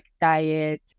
diet